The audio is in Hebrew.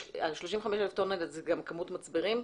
35,000 טון, זאת כמות מצברים?